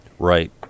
Right